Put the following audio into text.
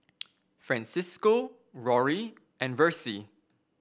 Francisco Rory and Versie